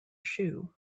shoe